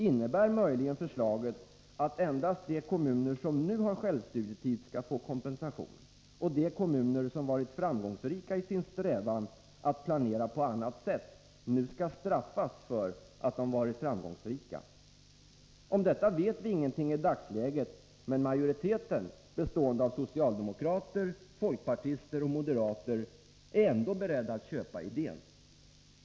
Innebär möjligen förslaget att endast de kommuner som nu har självstudietid skall få kompensation och att de kommuner som varit framgångsrika i sin strävan att planera på ett annat sätt, nu skall ”straffas” för att de varit framgångsrika. Om detta vet vi ingenting i dagsläget, men majoriteten, bestående av socialdemokrater, folkpartister och moderater, är ändock beredd att köpa idén.